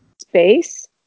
space